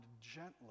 gently